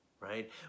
right